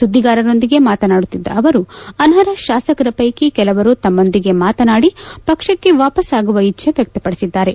ಸುದ್ದಿಗಾರರೊಂದಿಗೆ ಮಾತನಾಡುತ್ತಿದ್ದ ಅವರು ಅನರ್ಹ ಶಾಸಕರ ಪೈಕಿ ಕೆಲವರು ತಮ್ನೊಂದಿಗೆ ಮಾತನಾಡಿ ಪಕ್ಷಕ್ಕೆ ವಾಪ್ಗಾಗುವ ಇಜ್ದೆ ವ್ಯಕ್ತಪಡಿಸಿದ್ದಾರೆ